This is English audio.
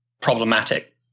problematic